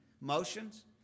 motions